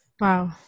Wow